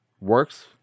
works